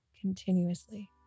continuously